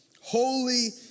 holy